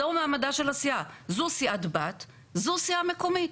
זו מעמדה של הסיעה, זו סיעת בת זו סיעה מקומית.